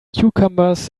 cucumbers